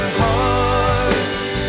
hearts